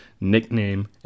nickname